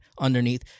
underneath